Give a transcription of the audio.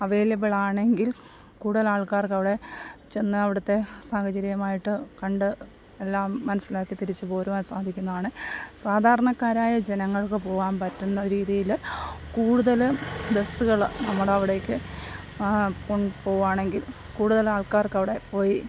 available ആണെങ്കിൽ കൂടുതൽ ആൾക്കാർക്ക് അവിടെ ചെന്ന് അവിടുത്തെ സാഹചര്യമായിട്ട് കണ്ട് എല്ലാം മനസ്സിലാക്കി തിരിച്ച് പോരുവാൻ സാധിക്കുന്നതാണ് സാധാരണക്കാരായ ജനങ്ങൾക്ക് പോവാൻ പറ്റുന്ന രീതിയിൽ കൂടുതൽ ബസ്സുകൾ നമ്മുടെ അവിടേയ്ക്ക് കൊണ്ടു പോവുവാണെങ്കിൽ കൂടുതൽ ആൾക്കാർക്ക് അവിടെ പോയി